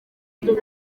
ibyo